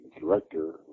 director